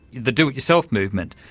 the do-it-yourself movement,